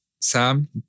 Sam